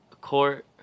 court